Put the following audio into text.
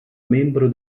membro